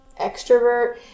extrovert